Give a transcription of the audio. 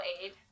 aid